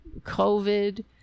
COVID